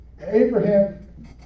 Abraham